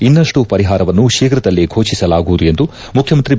ಇನ್ನಷ್ಟು ಪರಿಹಾರವನ್ನು ಶೀಘದಲ್ಲೇ ಘೋಷಿಸಲಾಗುವುದು ಎಂದು ಮುಖ್ಯಮಂತ್ರಿ ಬಿ